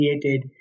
created